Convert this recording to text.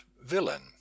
villain